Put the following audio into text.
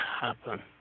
happen